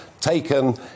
taken